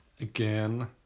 Again